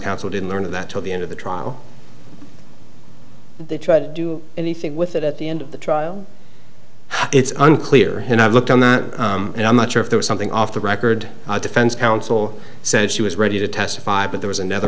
counsel didn't learn of that till the end of the trial they try to do anything with it at the end of the trial it's unclear and i looked on and i'm not sure if there was something off the record defense counsel said she was ready to testify but there was another